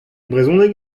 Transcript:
brezhoneg